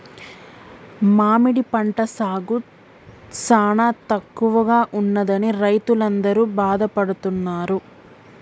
మామిడి పంట సాగు సానా తక్కువగా ఉన్నదని రైతులందరూ బాధపడుతున్నారు